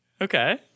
okay